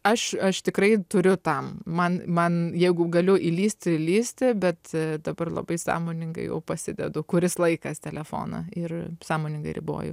aš aš tikrai turiu tam man man jeigu galiu įlįsti įlįsti bet dabar labai sąmoningai jau pasidedu kuris laikas telefoną ir sąmoningai riboju